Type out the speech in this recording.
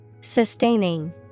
Sustaining